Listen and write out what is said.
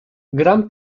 gram